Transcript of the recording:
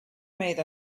made